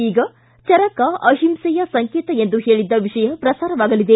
ಈಗ ಚರಕ ಅಹಿಂಸೆಯ ಸಂಕೇತ ಎಂದು ಹೇಳಿದ್ದ ವಿಷಯ ಪ್ರಸಾರವಾಗಲಿದೆ